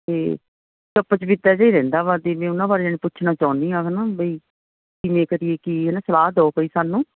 ਅਤੇ ਚੁੱਪ ਚਪੀਤਾ ਜਿਹਾ ਹੀ ਰਹਿੰਦਾ ਵਾ ਜਿਵੇਂ ਉਹਨਾਂ ਬਾਰੇ ਜਾਣੀ ਪੁੱਛਣਾ ਚਾਹੁੰਦੀ ਹਾਂ ਹੈ ਨਾ ਬਈ ਕਿਵੇਂ ਕਰੀਏ ਕੀ ਹੈ ਨਾ ਸਲਾਹ ਦਿਓ ਸਾਨੂੰ